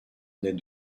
naît